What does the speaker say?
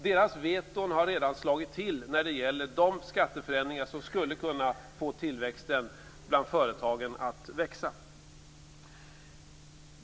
Deras veton har redan slagit till när det gäller de skatteförändringar som skulle kunna få företagens tillväxt att öka.